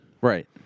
Right